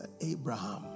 Abraham